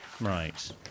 Right